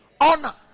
honor